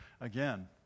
again